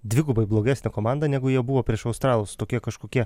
dvigubai blogesnė komanda negu jie buvo prieš australus tokie kažkokie